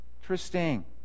Interesting